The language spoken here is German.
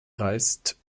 reist